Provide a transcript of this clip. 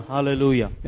Hallelujah